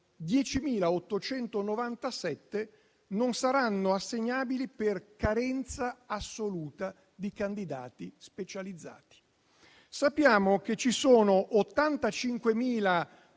13.133 non saranno assegnabili per carenza assoluta di candidati specializzati. Sappiamo che ci sono 85.000